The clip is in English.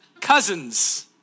cousins